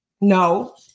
No